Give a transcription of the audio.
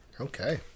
Okay